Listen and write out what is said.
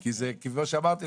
כי כמו שאמרתי,